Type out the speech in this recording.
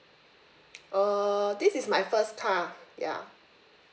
err this is my first car ya